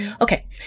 Okay